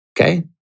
Okay